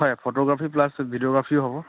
হয় photography plus videography হ'ব